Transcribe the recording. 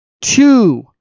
Two